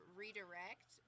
redirect